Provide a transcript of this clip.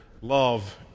love